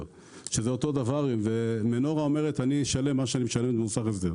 או מנורה אומרת שהיא תשלם מה שהיא משלמת למוסך הסדר.